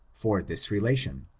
for this relation.